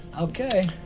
Okay